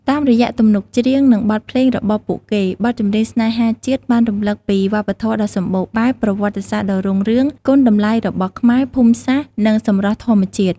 តាមរយៈទំនុកច្រៀង និងបទភ្លេងរបស់ពួកគេ បទចម្រៀងស្នេហាជាតិបានរំឭកពី វប្បធម៌ដ៏សម្បូរបែប ប្រវត្តិសាស្ត្រដ៏រុងរឿង គុណតម្លៃរបស់ខ្មែរ ភូមិសាស្ត្រ និងសម្រស់ធម្មជាតិ។